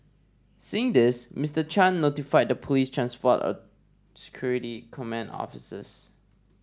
seeing this Mister Chan notified the police's transport a security command officers